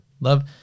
Love